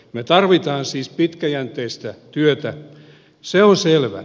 me tarvitsemme siis pitkäjänteistä työtä se on selvä